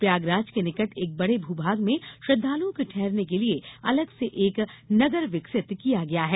प्रयागराज के निकट एक बड़े भू भाग में श्रद्वालुओं के ठहरने के लिये अलग से एक नगर विकसित किया गया है